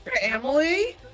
family